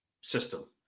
system